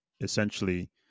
essentially